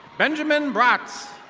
benjamin bratz.